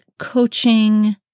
coaching